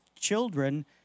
children